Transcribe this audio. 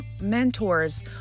mentors